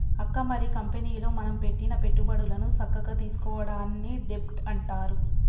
అక్క మరి కంపెనీలో మనం పెట్టిన పెట్టుబడులను సక్కగా తీసుకోవడాన్ని డెబ్ట్ అంటారు